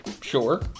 sure